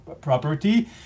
property